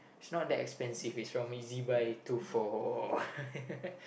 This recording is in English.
its not that expensive its normal ezbuy to for